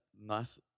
nice